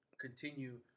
continue